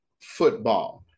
football